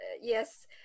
Yes